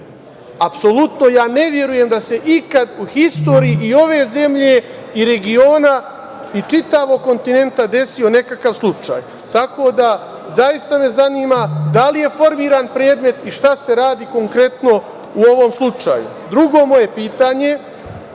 Sjenica. Apsolutno ne verujem da se ikad u istoriji ove zemlje i regioni i čitavog kontinenta desio nekakav takav slučaj. Tako da, zaista me zanima da li je formiran predmet i šta se radi konkretno u ovom slučaju? Drugo moje pitanje